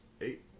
Eight